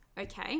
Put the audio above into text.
Okay